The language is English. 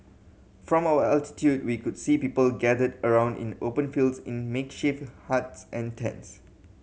from our altitude we could see people gathered around in open fields in makeshift huts and tents